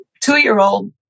two-year-old